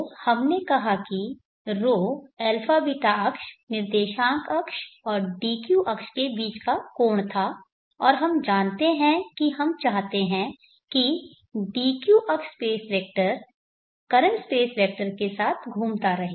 तो हमने कहा कि ρ αβ अक्ष निर्देशांक अक्ष और dq अक्ष के बीच का कोण था और हम जानते हैं कि हम चाहते हैं कि dq अक्ष space vector current space vector के साथ घूमता रहे